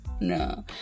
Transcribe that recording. No